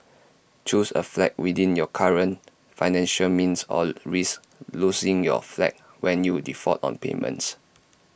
choose A flat within your current financial means or risk losing your flat when you default on payments